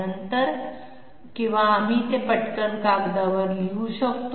नंतर किंवा आम्ही ते पटकन कागदावर लिहू शकतो